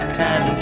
ten